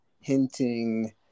hinting